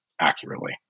accurately